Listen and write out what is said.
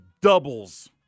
doubles